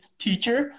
teacher